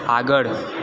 આગળ